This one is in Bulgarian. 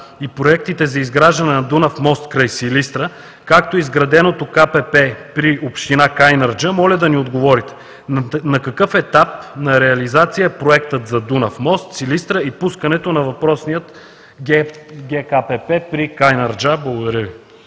и проектите за изграждане на Дунав мост край Силистра, както изграденото КПП при община Кайнарджа, моля да ни отговорите: на какъв етап на реализация е проектът за Дунав мост – Силистра, и пускането на въпросния ГКПП при Кайнарджа? Благодаря Ви.